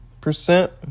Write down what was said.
percent